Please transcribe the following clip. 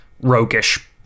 roguish